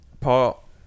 Paul